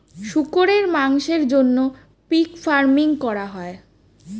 শুকরের মাংসের জন্য পিগ ফার্মিং করা হয়